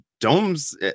domes